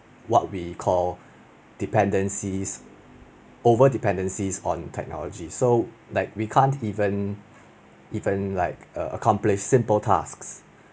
what we call dependencies over dependencies on technology so like we can't even even like err complete simple tasks